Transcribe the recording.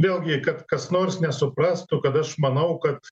vėlgi kad kas nors nesuprastų kad aš manau kad